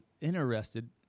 interested